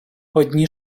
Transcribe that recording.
одні